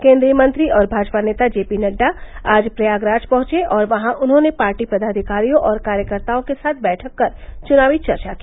केन्द्रीय मंत्री और भाजपा नेता जेपी नड्डा आज प्रयागराज पहुंचे और वहां उन्होंने पार्टी पदाधिकारियों और कार्यकर्ताओं के साथ बैठक कर चुनावी चर्चा की